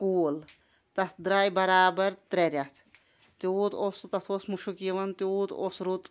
cool تتھ درٛایہِ برابر ترٛےٚ رٮ۪تھ تیوٗت اوس تتھ اوس مُشٕک یِوان تیوٗت اوس رُت